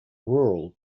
rural